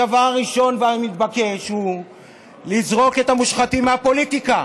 הדבר הראשון והמתבקש הוא לזרוק את המושחתים מהפוליטיקה.